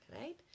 Right